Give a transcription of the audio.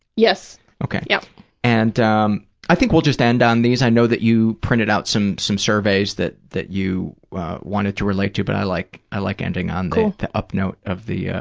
yes, yep. and um i think we'll just end on these. i know that you printed out some some surveys that that you wanted to relate to, but i like i like ending on the the up note of the ah